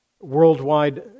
worldwide